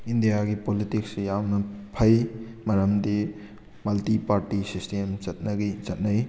ꯏꯟꯗꯤꯌꯥꯒꯤ ꯄꯣꯂꯤꯇꯤꯛꯁꯤ ꯌꯥꯝꯅ ꯐꯩ ꯃꯔꯝꯗꯤ ꯃꯜꯇꯤ ꯄꯥꯔꯇꯤ ꯁꯤꯁꯇꯦꯝ ꯆꯠꯅꯩ